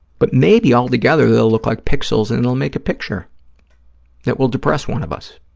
but maybe all together they'll look like pixels and it'll make a picture that will depress one of us.